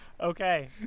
Okay